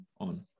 on